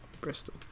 Bristol